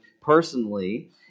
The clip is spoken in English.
personally